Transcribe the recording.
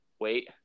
wait